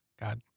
God